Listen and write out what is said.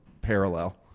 parallel